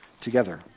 together